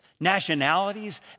nationalities